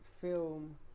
film